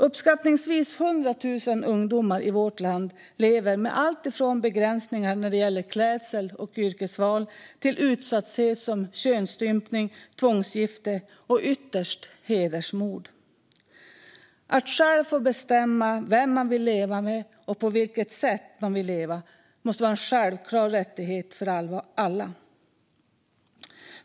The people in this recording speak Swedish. Uppskattningsvis 100 000 ungdomar i vårt land lever med alltifrån begränsningar när det gäller klädsel och yrkesval till utsatthet för könsstympning, tvångsgifte och ytterst hedersmord. Att själv få bestämma vem man vill leva med och på vilket sätt man vill leva måste vara en självklar rättighet för alla.